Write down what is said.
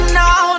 now